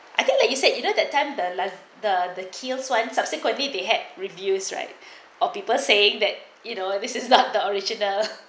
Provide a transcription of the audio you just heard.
I think like you said you know that time the the the Kiehl's one subsequently they had reviews right or people say that you know this is not the original